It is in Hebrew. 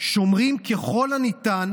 שומרים ככל הניתן